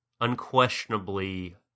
Unquestionably